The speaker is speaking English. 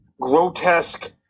grotesque